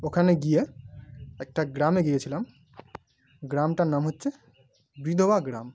ওখানে গিয়ে একটা গ্রামে গিয়েছিলাম গ্রামটার নাম হচ্ছে বিধবা গ্রাম